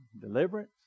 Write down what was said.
deliverance